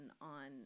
on